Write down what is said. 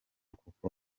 kuko